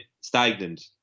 stagnant